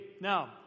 Now